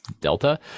delta